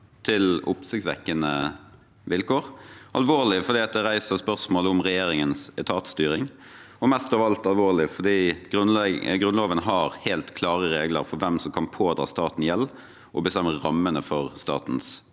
til oppsiktsvekkende vilkår. Den er alvorlig fordi den reiser spørsmål om regjeringens etatsstyring. Mest av alt er den alvorlig fordi Grunnloven har helt klare regler for hvem som kan pådra staten gjeld, og bestemmer rammene for statens